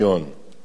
היינו עולים